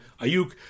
Ayuk